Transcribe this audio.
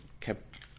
kept